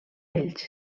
ells